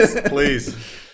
please